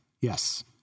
Yes